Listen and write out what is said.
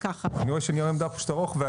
רואה שנייר העמדה הוא ארוך.